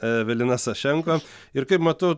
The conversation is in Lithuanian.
evelina sašenko ir kaip matau